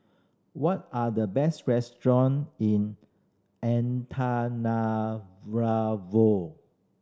what are the best restaurants in